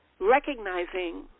recognizing